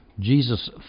Jesus